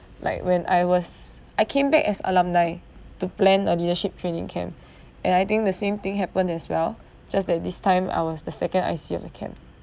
like when I was I came back as alumni to plan a leadership training camp and I think the same thing happened as well just that this time I was the second I_C of the camp